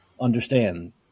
understand